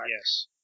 Yes